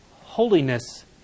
holiness